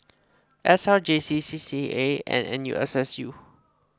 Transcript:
S R J C C C A and N U S S U